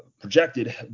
projected